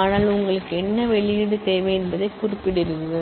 ஆனால் உங்களுக்கு என்ன வெளியீடு தேவை என்பதைக் குறிப்பிடுகிறீர்கள்